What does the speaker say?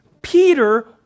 Peter